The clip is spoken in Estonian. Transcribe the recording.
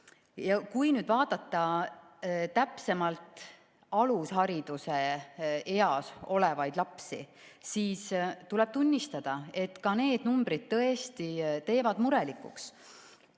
Ja kui nüüd vaadata täpsemalt alushariduse eas olevaid lapsi, siis tuleb tunnistada, et ka need numbrid tõesti teevad murelikuks.